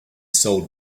sold